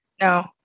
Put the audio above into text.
no